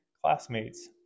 classmates